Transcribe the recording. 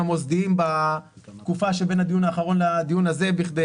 המוסדיים בתקופה בין הדיון האחרון לדיון הזה בכדי